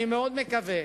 אני מאוד מקווה